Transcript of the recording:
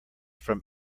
from